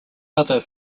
other